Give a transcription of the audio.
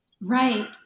right